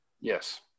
yes